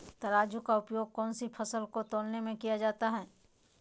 तराजू का उपयोग कौन सी फसल को तौलने में किया जाता है?